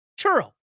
Churro